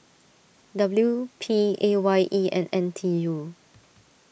W P A Y E and N T U